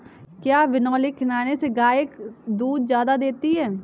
क्या बिनोले खिलाने से गाय दूध ज्यादा देती है?